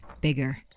bigger